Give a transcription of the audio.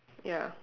ya